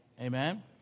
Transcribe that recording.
Amen